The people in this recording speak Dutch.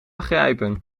begrijpen